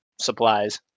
supplies